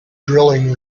drilling